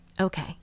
Okay